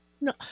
No